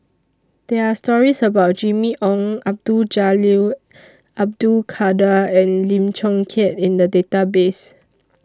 There Are stories about Jimmy Ong Abdul Jalil Abdul Kadir and Lim Chong Keat in The Database